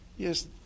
Yes